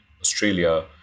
Australia